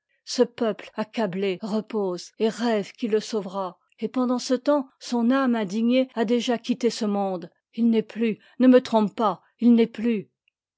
ce peuple accablé repose et rêve qu'il le sauvera et pendant ce temps son âme indignée a déjà quitté ce monde h n'est plus ne me trompe pas il n'est plus